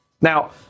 Now